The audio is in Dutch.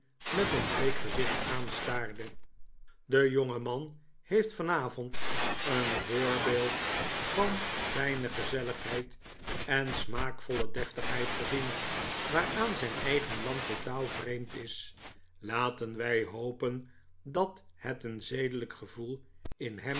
met een bleek gezicht aanstaarde de jongemari heeft vanavond een voorbeeld van fijne gezelligheid en smaakvolle deftigheid gezien waaraan zijn eigen land totaal vreemd is laten wij hopen dat het een zedelijk gevoel in hem